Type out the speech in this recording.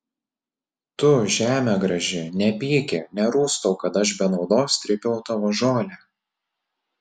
tu žeme graži nepyki nerūstauk kad aš be naudos trypiau tavo žolę